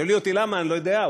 תשאלי אותי למה, אני לא יודע.